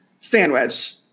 sandwich